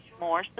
more